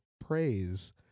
praise